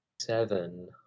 Seven